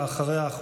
ואחריה,